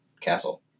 Castle